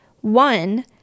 one